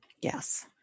yes